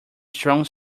strong